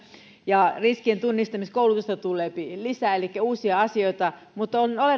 ja riskientunnistamiskoulutusta tulee lisää elikkä uusia asioita mutta on olennaista